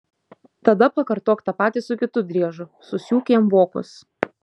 tada pakartok tą patį su kitu driežu susiūk jam vokus